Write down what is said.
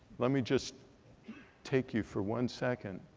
let me just take you for one second.